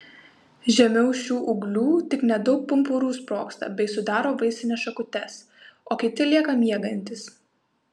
žemiau šių ūglių tik nedaug pumpurų sprogsta bei sudaro vaisines šakutes o kiti lieka miegantys